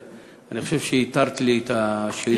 אני חושב שהתרת לי את השאילתה הבאה.